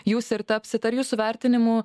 jūs ir tapsit ar jūsų vertinimu